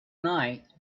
night